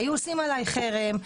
עושים עליי חרם,